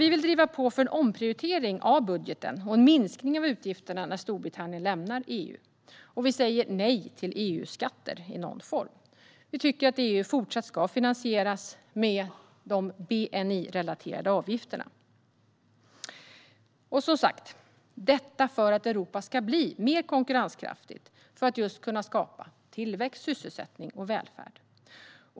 Vi vill driva på för en omprioritering av budgeten och en minskning av utgifterna när Storbritannien lämnar EU. Vi säger nej till EU-skatter i någon form. Vi tycker att EU fortsatt ska finansieras med de bni-relaterade avgifterna - detta för att Europa ska bli mer konkurrenskraftigt och kunna skapa tillväxt, sysselsättning och välfärd.